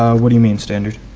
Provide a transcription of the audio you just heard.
um what do you mean standard?